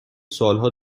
سوالها